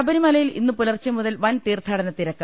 ശബരിമലയിൽ ഇന്നു പുലർച്ചെ മുതൽ വൻ തീർത്ഥാടനത്തി രക്ക്